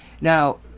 Now